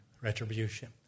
retribution